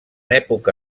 època